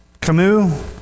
Camus